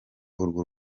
urwo